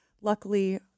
Luckily